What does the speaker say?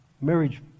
marriage